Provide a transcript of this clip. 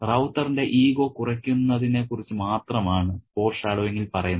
റൌത്തറിന്റെ ഈഗോ കുറയ്ക്കുന്നതിനെ കുറിച്ച് മാത്രമാണ് ഫോർഷാഡോയിങ്ങിൽ പറയുന്നത്